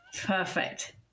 perfect